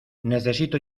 necesito